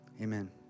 amen